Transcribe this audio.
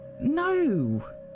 No